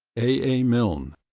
a. a. milne.